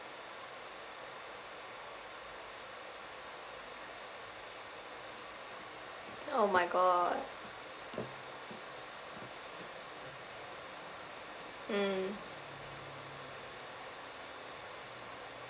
oh my god mm